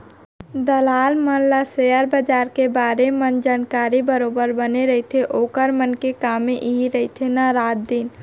दलाल मन ल सेयर बजार के बारे मन जानकारी बरोबर बने रहिथे ओखर मन के कामे इही रहिथे ना रात दिन